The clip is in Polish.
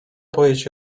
powiedzieć